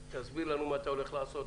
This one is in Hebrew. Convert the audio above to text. תסביר לנו מה אתה הולך לעשות.